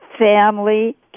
Family